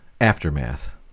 Aftermath